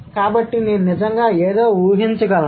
కాబట్టి నేను నిజంగా ఏదో ఊహించగలను